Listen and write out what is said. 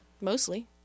mostly